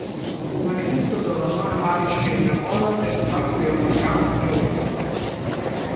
naktis padovanojo magiškąjį drakoną ir smarkų jo patrankų griausmą